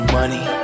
money